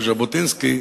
של ז'בוטינסקי.